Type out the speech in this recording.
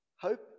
Hope